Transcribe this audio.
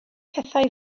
pethau